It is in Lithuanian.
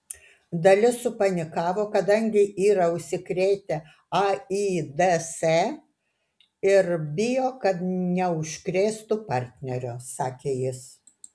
dalis supanikavo kadangi yra užsikrėtę aids ir bijo kad neužkrėstų partnerio sakė jis